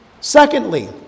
Secondly